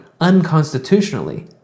unconstitutionally